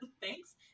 thanks